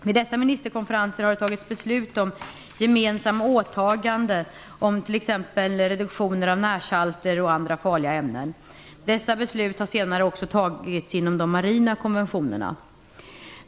Vid dessa ministerkonferenser har det fattats beslut om gemensamma åtaganden om t.ex. reduktioner av närsalter och andra farliga ämnen. Dessa beslut har sedermera även tagits inom de marina konventionerna.